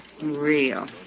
Real